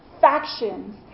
factions